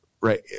right